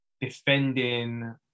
defending